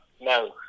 no